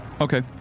Okay